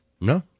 No